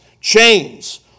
chains